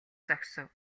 зогсов